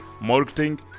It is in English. marketing